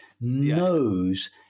knows